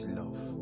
love